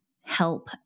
help